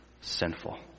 sinful